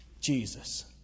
Jesus